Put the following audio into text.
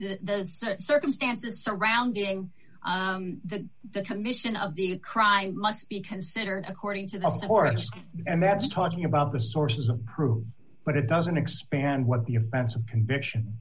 the circumstances surrounding the the commission of the crime must be considered according to the forest and that's talking about the sources of proof but it doesn't expand what you're friends with conviction